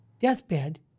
deathbed